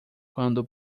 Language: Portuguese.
quando